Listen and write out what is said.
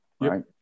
right